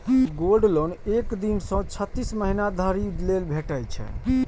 gold loan एक दिन सं छत्तीस महीना धरि लेल भेटै छै